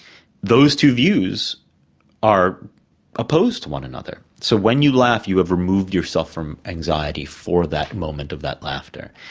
those two views are opposed to one another, so when you laugh you have removed yourself from anxiety for that moment of that laughter.